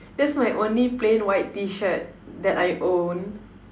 that's my only plain white T-shirt that I own